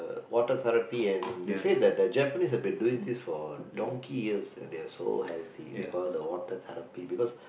water therapy and they say that the Japanese have been doing it for donkey years and they are so healthy they call it the water therapy because